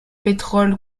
pétrole